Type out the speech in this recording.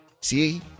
See